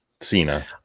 cena